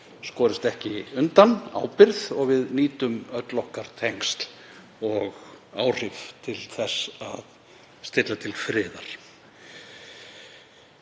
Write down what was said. skorist ekki undan ábyrgð og að við nýtum öll okkar tengsl og áhrif til þess að stilla til friðar.